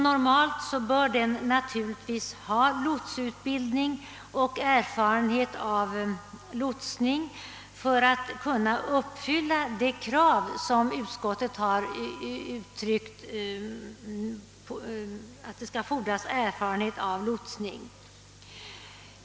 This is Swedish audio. Normalt bör denna naturligtvis ha lotsutbildning och erfarenhet av lotsning för att kunna uppfylla de krav som utskottet har uttryckt önskemål om.